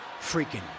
freaking